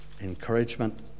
encouragement